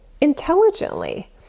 intelligently